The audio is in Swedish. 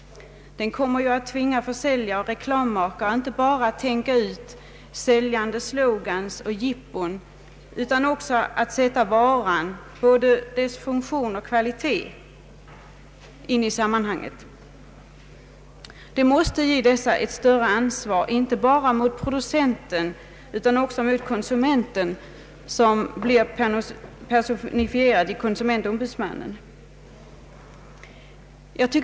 Den kommer att tvinga försäljare och reklammakare att inte bara tänka ut säljande slogans och jippon utan att också sätta in varan, både dess funktion och kvalitet, i sammanhanget. Det måste ge dessa grupper ett större ansvar inte bara mot producenten utan också mot konsumenten, som blir personifierad i konsument-ombudsmannen.